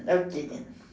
okay can